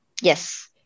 Yes